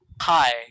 Hi